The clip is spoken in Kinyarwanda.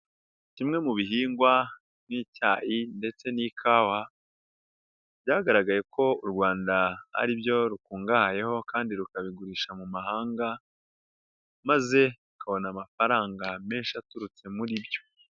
Kimwe mu bihingwa nk'icyayi ndetse n'ikawa, byagaragaye ko u Rwanda ari byo rukungahayeho kandi rukabigurisha mu mahanga maze rukabona amafaranga menshi aturutse muri byo.